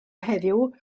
heddiw